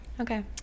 Okay